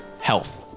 health